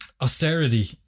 austerity